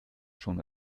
schon